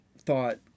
thought